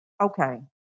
okay